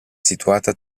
situata